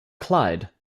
clyde